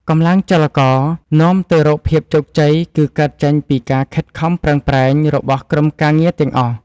កម្លាំងចលករនាំទៅរកភាពជោគជ័យគឺកើតចេញពីការខិតខំប្រឹងប្រែងរបស់ក្រុមការងារទាំងអស់។